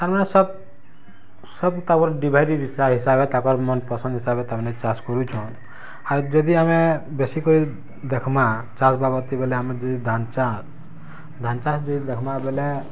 ତାର୍ମାନେ ସବ୍ ସବ୍ ତାକର୍ ଡିଭାଇଡ଼େଡ଼ ହିସାବେ ତାକର୍ ମନ୍ ପସନ୍ଦ ହିସାବେ ତାର୍ମାନେ ଚାଷ୍ କରୁଛନ୍ ଆର୍ ଯଦି ଆମେ ବେଶୀକରି ଦେଖ୍ମାଁ ଚାଷ୍ ବାବଦ୍ ଥି ବେଲେ ଆମର୍ ଯଦି ଧାନ୍ ଚାଷ୍ ଧାନ୍ ଚାଷ୍ ଯଦି ଦେଖ୍ମାଁ ବେଲେ